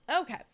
okay